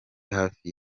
hafi